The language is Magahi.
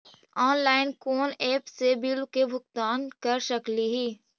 ऑनलाइन कोन एप से बिल के भुगतान कर सकली ही?